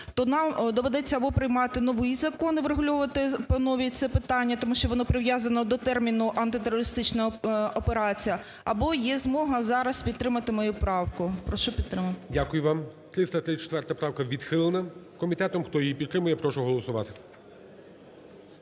то нам доведеться або приймати новий закон і врегульовувати по новій це питання, тому що воно прив'язано до терміну антитерористичної операції, або є змога зараз підтримати мою правку. Прошу підтримати. ГОЛОВУЮЧИЙ. Дякую вам. 334 правка відхилена комітетом. Хто її підтримає, прошу голосувати.